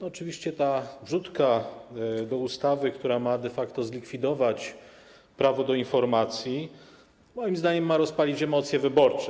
Oczywiście ta wrzutka do ustawy, która ma de facto zlikwidować prawo do informacji, moim zdaniem ma rozpalić emocje wyborcze.